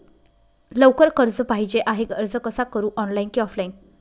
लवकर कर्ज पाहिजे आहे अर्ज कसा करु ऑनलाइन कि ऑफलाइन?